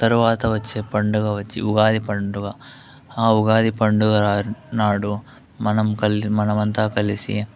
తరువాత వచ్చే పండుగ వచ్చి ఉగాది పండుగ ఆ ఉగాది పండుగ రా నాడు మనం కల్సి మనమంతా కలిసి